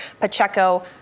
Pacheco